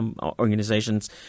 organizations